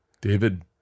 David